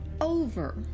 over